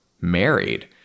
married